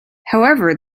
however